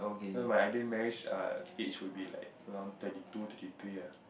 no but my ideal marriage uh age would be like around thirty two thirty three ah